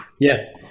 Yes